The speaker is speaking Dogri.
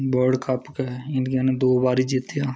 वर्ल्ड कप गै इंडिया ने दो बारी जित्तेआ